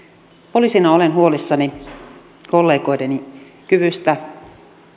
poliisina olen huolissani kollegoideni kyvystä